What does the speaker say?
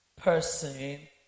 person